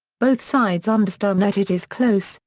both sides understand that it is close,